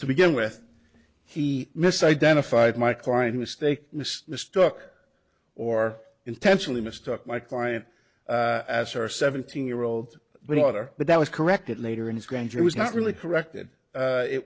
to begin with he misidentified my client a mistake mistook or intentionally mistook my client as her seventeen year old daughter but that was corrected later in granger was not really corrected